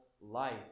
life